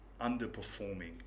underperforming